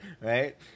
right